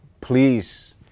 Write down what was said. please